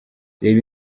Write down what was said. reba